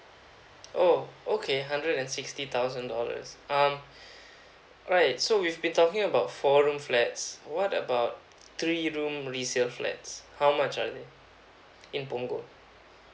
oh okay hundred and sixty thousand dollars um alright so we've been talking about four room flats what about three room resale flats how much are they in punggol